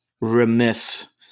remiss